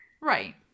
right